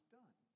done